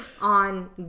on